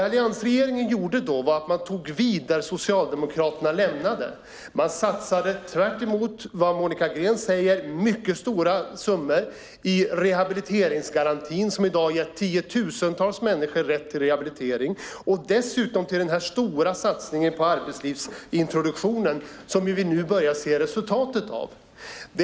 Alliansregeringen tog vid där Socialdemokraterna lämnade. Man satsade, tvärt emot vad Monica Green säger, mycket stora summor på rehabiliteringsgarantin som i dag har gett tiotusentals människor rätt till rehabilitering. Dessutom gjorde man stora satsningar på arbetslivsintroduktionen som vi nu börjar se resultatet av.